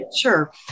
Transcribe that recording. Sure